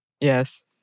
Yes